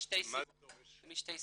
משתי סיבות: